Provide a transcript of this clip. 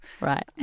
Right